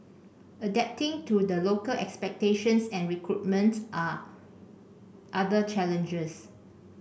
adapting to the local expectations and recruitment are other challenges